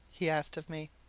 he asked of me.